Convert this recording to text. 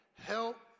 help